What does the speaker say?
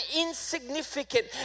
insignificant